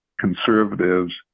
conservatives